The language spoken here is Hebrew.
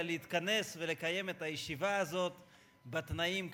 להתכנס ולקיים את הישיבה הזאת בתנאים,